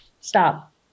stop